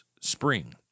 spring